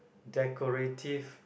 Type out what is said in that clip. decorative